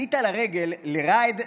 אל ראאד סלאח.